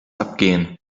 abgehen